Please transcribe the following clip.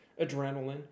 adrenaline